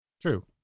True